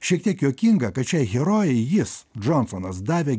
šiek tiek juokinga kad šiai herojei jis džonsonas davė